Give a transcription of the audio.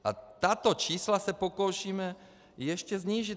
A tato čísla se pokoušíme ještě snížit.